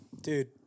dude